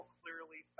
clearly